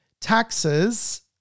taxes